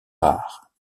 rares